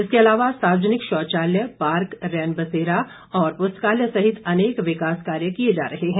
इसके अलावा सार्वजनिक शौचालय पार्क रैनबसेरा और पुस्तकालय सहित अनेक विकास कार्य किए जा रहे हैं